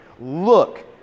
Look